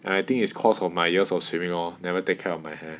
and I think it's cause of my years of swimming lor never take care of my hair